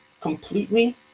completely